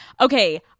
Okay